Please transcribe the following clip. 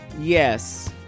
Yes